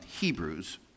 Hebrews